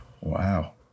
Wow